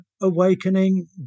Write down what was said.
awakening